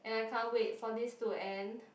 and I can't wait for this to end